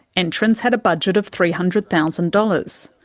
entrants had a budget of three hundred thousand dollars.